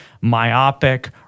myopic